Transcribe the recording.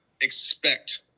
expect